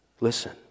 Listen